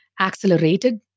accelerated